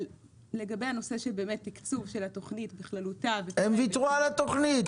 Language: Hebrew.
אבל לגבי הנושא של תקצוב התוכנית בכללותה --- הם ויתרו על התוכנית.